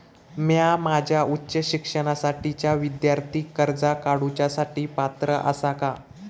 म्या माझ्या उच्च शिक्षणासाठीच्या विद्यार्थी कर्जा काडुच्या साठी पात्र आसा का?